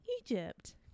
Egypt